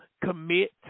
commit